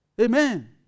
Amen